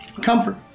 comfort